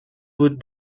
بود